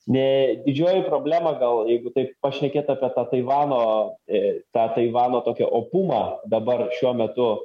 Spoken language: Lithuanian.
ne didžioji problema gal jeigu taip pašnekėt apie tą taivano tą taivano tokio opumą dabar šiuo metu